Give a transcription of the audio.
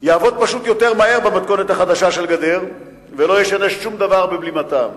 פשוט יעבוד יותר מהר במתכונת החדשה של גדר ולא ישנה שום דבר בבלימתם.